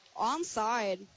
onside